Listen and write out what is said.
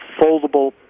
foldable